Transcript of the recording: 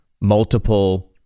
multiple